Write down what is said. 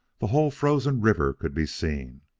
the whole frozen river could be seen,